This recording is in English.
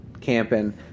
camping